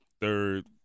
third